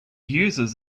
users